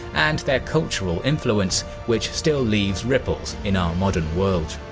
and their cultural influence, which still leaves ripples in our modern world.